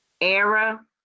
era